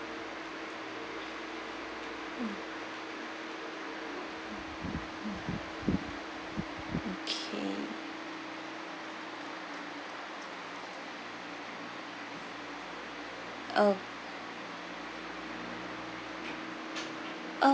okay uh